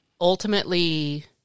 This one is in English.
ultimately